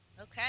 Okay